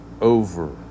over